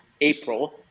april